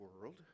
world